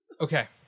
Okay